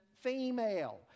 female